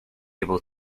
able